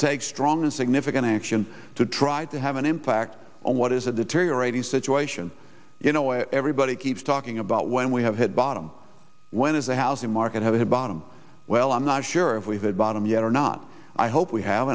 take strong and significant action to try to have an impact on what is at the terrier a the situation you know everybody keeps talking about when we have hit bottom when is the housing market has hit bottom well i'm not sure if we've hit bottom yet or not i hope we have